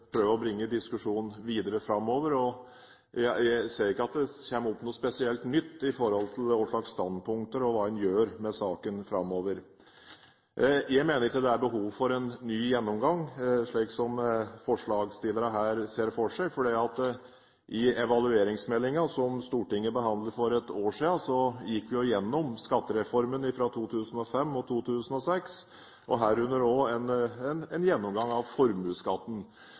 prøve å bringe diskusjonen videre framover, og jeg ser ikke at det kommer opp noe spesielt nytt med hensyn til hva slags standpunkter en skal ta, og hva en gjør med saken framover. Jeg mener det ikke er behov for en ny gjennomgang, slik som forslagsstillerne her ser for seg. I evalueringsmeldingen, som Stortinget behandlet for et år siden, gikk vi gjennom skattereformen fra 2005 og 2006, herunder også en gjennomgang av formuesskatten.